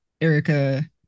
Erica